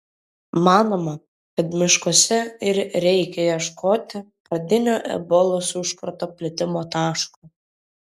manoma kad miškuose ir reikia ieškoti pradinio ebolos užkrato plitimo taško